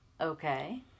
okay